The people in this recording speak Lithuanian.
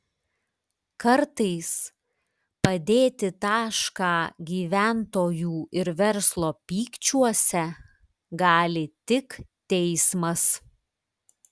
kartais padėti tašką gyventojų ir verslo pykčiuose gali tik teismas